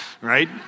right